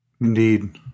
Indeed